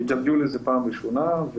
בג'לג'וליה זאת פעם ראשונה,